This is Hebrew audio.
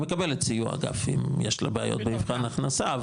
היא מקבלת סיוע אם יש לה בעיות במבחן הכנסה,